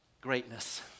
greatness